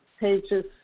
pages